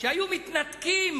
שהיו מתנתקים